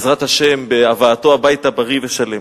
בעזרת השם, בהבאתו הביתה בריא ושלם.